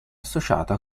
associato